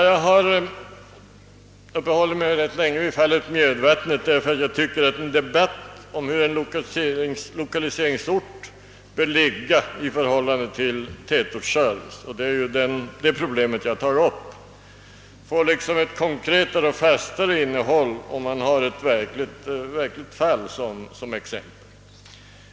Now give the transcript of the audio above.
Jag har uppehållit mig rätt länge vid fallet Mjödvattnet därför att jag tycker att en debatt om hur en lokaliseringsort skulle ligga i förhållande till tätortsservice — det är ju detta problem jag tar upp — får ett konkretare och fastare innehåll, om man har ett verkligt fall som exempel.